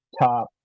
top